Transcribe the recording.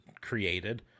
created